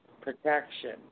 Protection